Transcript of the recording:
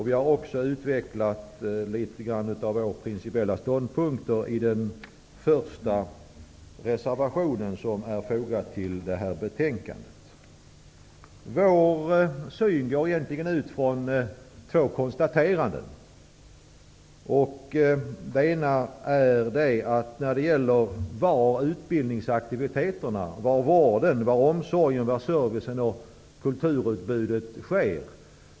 Vi har också något utvecklat våra principiella ståndpunkter i den första reservationen som är fogad till betänkandet. Vår syn utgår från två konstateranden. Det ena gäller var utbildningsaktiviteterna, vården, omsorgen, servicen och kulturutbudet sker.